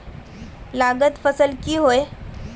लागत फसल की होय?